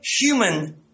human